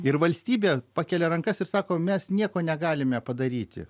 ir valstybė pakelia rankas ir sako mes nieko negalime padaryti